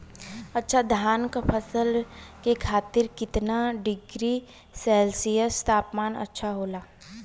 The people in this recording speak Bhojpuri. अच्छा धान क फसल के खातीर कितना डिग्री सेल्सीयस तापमान अच्छा होला?